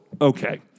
okay